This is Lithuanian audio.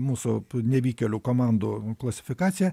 mūsų nevykėlių komandų klasifikaciją